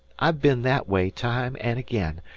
i've been that way time an' again.